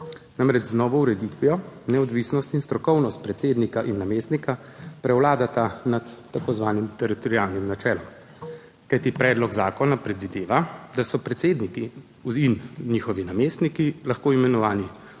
Namreč, z novo ureditvijo neodvisnost in strokovnost predsednika in namestnika prevladata nad tako imenovanim teritorialnim načelom. Kajti predlog zakona predvideva, da so predsedniki in njihovi namestniki lahko imenovani